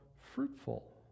fruitful